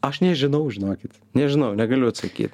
aš nežinau žinokit nežinau negaliu atsakyt